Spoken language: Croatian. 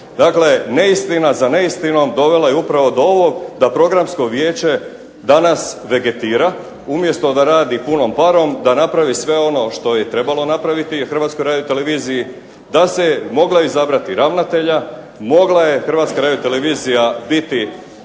Dakle, neistina za neistinom dovela je upravo do ovog da Programsko vijeće danas vegetira, umjesto da radi punom parom da napravi sve ono što je trebalo napraviti, Hrvatska radiotelevizija. Da se moglo izabrati ravnatelja, mogla je Hrvatska radiotelevizija biti